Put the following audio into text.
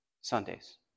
Sundays